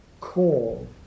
call